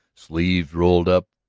sleeves rolled up,